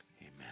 Amen